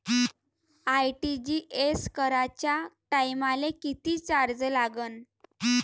RTGS कराच्या टायमाले किती चार्ज लागन?